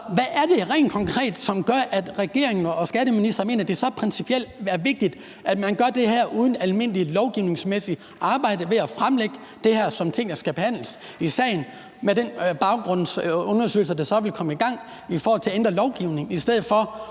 hvad er det rent konkret, som gør, at regeringen og skatteministeren mener, at det principielt er så vigtigt, at man gør det her uden at have et almindeligt lovgivningsmæssigt arbejde, hvor man fremlægger det her som en ting, der skal behandles i salen, og med den baggrundsundersøgelse, der så vil komme i gang i forbindelse med at ændre lovgivningen, i stedet for